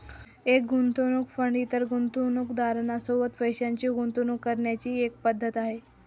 एक गुंतवणूक फंड इतर गुंतवणूकदारां सोबत पैशाची गुंतवणूक करण्याची एक पद्धत आहे